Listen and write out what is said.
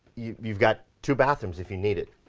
you've got two bathrooms if you need it.